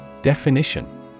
Definition